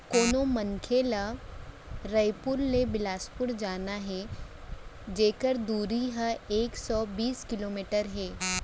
कोनो मनखे ल रइपुर ले बेलासपुर जाना हे जेकर दूरी ह एक सौ बीस किलोमीटर हे